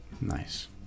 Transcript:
Nice